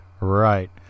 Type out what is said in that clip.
Right